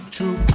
True